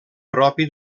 propi